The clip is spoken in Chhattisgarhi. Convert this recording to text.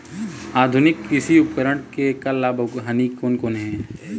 आधुनिक कृषि उपकरण के लाभ अऊ हानि कोन कोन हे?